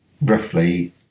roughly